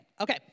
Okay